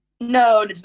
no